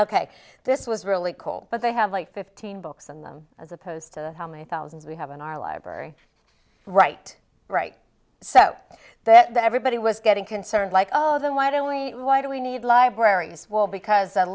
ok this was really cool but they have like fifteen books and as opposed to how many thousands we have in our library right right so that everybody was getting concerned like oh then why don't we why do we need libraries as well because